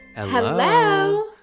Hello